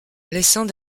laissant